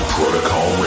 Protocol